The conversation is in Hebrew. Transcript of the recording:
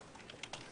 גם ממך,